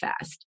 fast